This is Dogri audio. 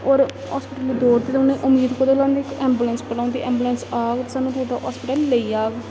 होर हास्पिटल दौड़दे ते उ'नें उमीद कोह्दे कोला ऐंबुलेंस कोला होंदी ऐंबुलेंस आग ते सानूं हास्पिटल लेई जाह्ग